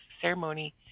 ceremony